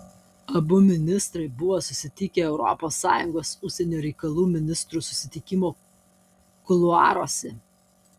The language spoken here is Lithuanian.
abu ministrai buvo susitikę europos sąjungos užsienio reikalų ministrų susitikimo kuluaruose